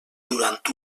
durant